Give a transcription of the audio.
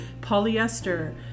polyester